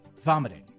vomiting